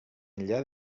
enllà